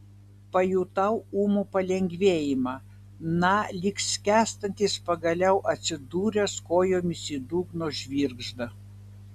pajutau ūmų palengvėjimą na lyg skęstantis pagaliau atsidūręs kojomis į dugno žvirgždą